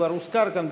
שכבר הוזכר כאן,